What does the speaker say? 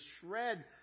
shred